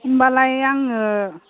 होनबालाय आङो